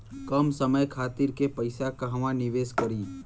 कम समय खातिर के पैसा कहवा निवेश करि?